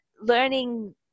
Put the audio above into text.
learning